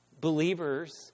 Believers